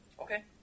Okay